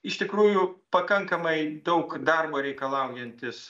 iš tikrųjų pakankamai daug darbo reikalaujantis